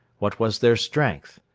what was their strength?